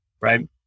right